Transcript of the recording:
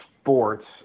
sports